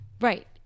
Right